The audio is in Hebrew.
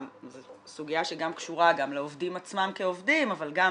סוגיה שגם קשורה לעובדים עצמם כעובדים אבל גם